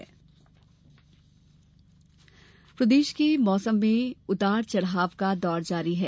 मौसम प्रदेश के मौसम में उतार चढ़ाव का दौर जारी है